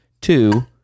Two